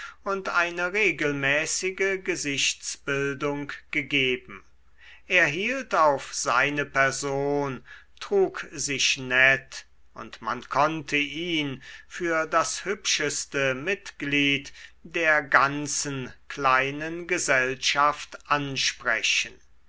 und eine regelmäßige gesichtsbildung gegeben er hielt auf seine person trug sich nett und man konnte ihn für das hübscheste mitglied der ganzen kleinen gesellschaft ansprechen